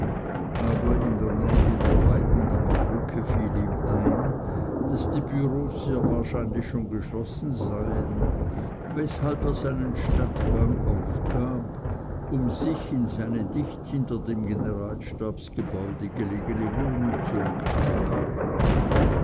aber in der nähe der weidendammer brücke fiel ihm ein daß die bureaus sehr wahrscheinlich schon geschlossen seien weshalb er seinen stadtgang aufgab um sich in seine dicht hinter dem generalstabsgebäude gelegene wohnung zurückzubegeben